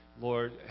Lord